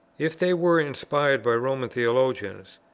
if they were inspired by roman theologians,